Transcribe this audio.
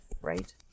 right